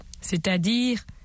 C'est-à-dire